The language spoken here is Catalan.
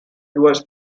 dues